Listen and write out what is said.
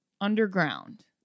underground